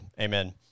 Amen